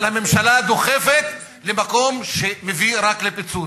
אבל הממשלה דוחפת למקום שמביא רק לפיצוץ.